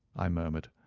i murmured.